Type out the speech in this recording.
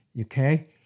Okay